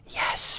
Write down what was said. yes